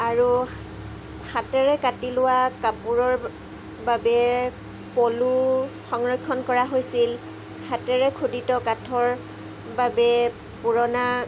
আৰু হাতেৰে কাটি লোৱা কাপোৰৰ বাবে পলু সংৰক্ষণ কৰা হৈছিল হাতেৰে খোদিত কাঠৰ বাবে পুৰণা